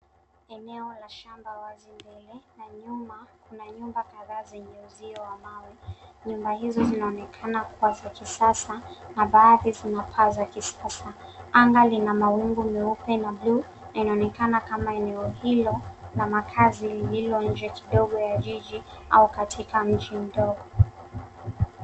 Eneo la shamba wazi mbele, na nyuma kuna nyumba kadhaa zenye uzio wa mawe. Nyumba hizo zinaonekana kua za kisasa, na baadhi zina paa sa kisasa. Anga lina mawingu meupe na blue , na inaonekana kama eneo hilo la makazi lililo nje kidogo ya jiji au katika mji mdogo.